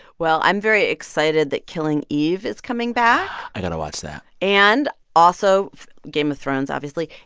well, i'm very excited that killing eve is coming back i got to watch that and also game of thrones, obviously,